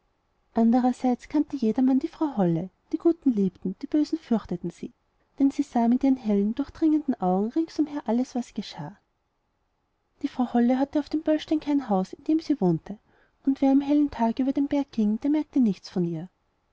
andererseits kannte jedermann die frau holle die guten liebten und die bösen fürchteten sie denn sie sah mit ihren hellen durchdringenden augen rings umher alles was geschah die frau holle hatte auf dem böllstein kein haus in dem sie wohnte und wer am hellen tage über den berg ging der merkte nichts von ihr